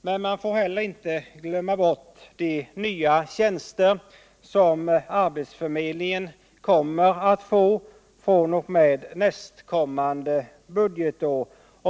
Men man får inte glömma bort att arbetsförmedlingen kommer att få nya tjänster fr.o.m. nästkommande budgetår.